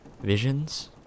Visions